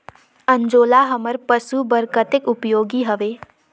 अंजोला हमर पशु बर कतेक उपयोगी हवे?